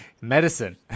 medicine